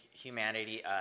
humanity